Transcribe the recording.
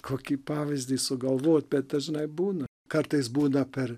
kokį pavyzdį sugalvot bet dažnai būna kartais būna per